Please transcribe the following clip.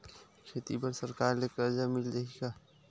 खेती बर सरकार ले मिल कर्जा मिल जाहि का?